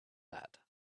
that